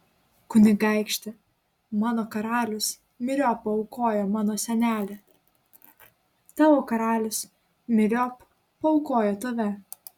kunigaikšti mano karalius myriop paaukojo mano senelį tavo karalius myriop paaukojo tave